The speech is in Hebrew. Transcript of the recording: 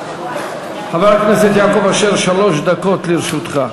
חבר הכנסת יעקב אשר, שלוש דקות לרשותך.